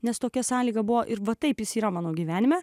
nes tokia sąlyga buvo ir va taip jis yra mano gyvenime